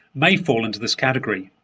may fall into this category.